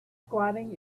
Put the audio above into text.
squatting